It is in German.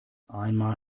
einmal